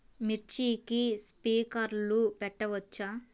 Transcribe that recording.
మిర్చికి స్ప్రింక్లర్లు పెట్టవచ్చా?